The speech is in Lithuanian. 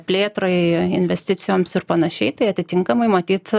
plėtrai investicijoms ir panašiai tai atitinkamai matyt